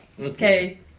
Okay